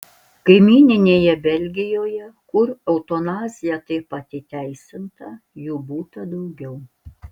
kaimyninėje belgijoje kur eutanazija taip pat įteisinta jų būta daugiau